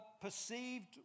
perceived